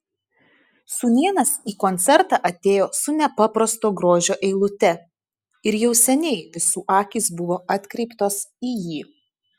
sūnėnas į koncertą atėjo su nepaprasto grožio eilute ir jau seniai visų akys buvo atkreiptos į jį